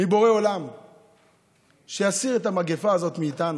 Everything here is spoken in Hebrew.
לבורא עולם היא שיסיר את המגפה הזאת מאיתנו.